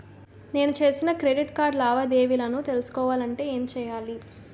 నేను చేసిన credit card లావాదేవీలను తెలుసుకోవాలంటే ఏం చేయాలి?